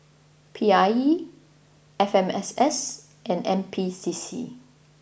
P I E F M S S and N P C C